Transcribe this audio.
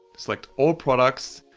select all products,